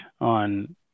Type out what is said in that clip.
on